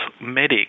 medic